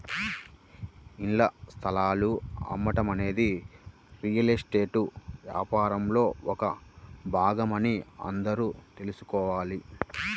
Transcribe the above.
ఇళ్ల స్థలాలు అమ్మటం అనేది రియల్ ఎస్టేట్ వ్యాపారంలో ఒక భాగమని అందరూ తెల్సుకోవాలి